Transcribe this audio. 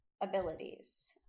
abilities